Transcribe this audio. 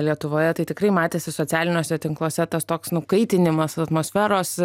lietuvoje tai tikrai matėsi socialiniuose tinkluose tas toks nukaitinimas atmosferos